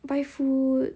buy food